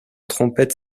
trompette